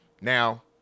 Now